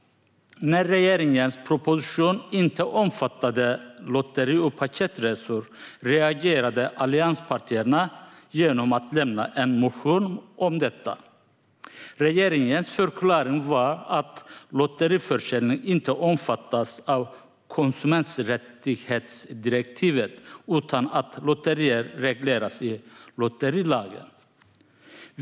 När regeringens proposition inte omfattade lotteri och paketresor reagerade allianspartierna genom att lägga fram en motion om detta. Regeringens förklaring var att lotteriförsäljning inte omfattas av konsumenträttighetsdirektivet utan att lotterier regleras i lotterilagen.